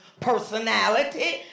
personality